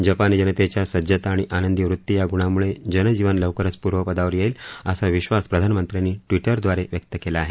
जपानी जनतेच्या सज्जता आणि आनंदी वृत्ती या गुणांमुळे जनजीवन लवकरच पूर्वपदावर येईल असा विश्वास प्रधानमंत्र्यांनी ट्विटरद्वारे व्यक्त केला आहे